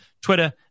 Twitter